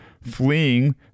fleeing